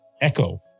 echo